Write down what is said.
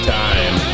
time